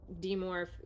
demorph